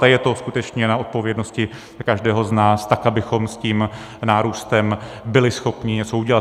A je to skutečně na odpovědnosti každého z nás, abychom s tím nárůstem byli schopni něco udělat.